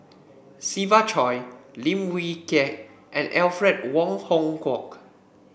Siva Choy Lim Wee Kiak and Alfred Wong Hong Kwok